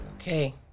Okay